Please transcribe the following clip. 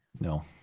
No